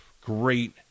Great